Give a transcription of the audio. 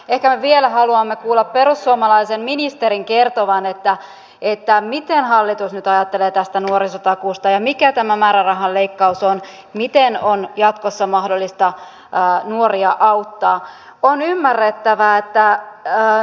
ehkä me vielä haluamme kuulla perussuomalaisen ministerin kertovan miten hallitus nyt ajattelee tästä nuorisotakuusta ja mikä tämä määrärahan leikkaus on ja miten jatkossa on mahdollista nuoria auttaa